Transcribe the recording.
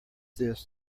this